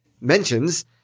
mentions